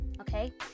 Okay